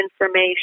information